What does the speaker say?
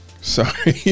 sorry